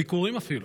ביקורים אפילו,